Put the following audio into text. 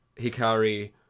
Hikari